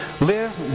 live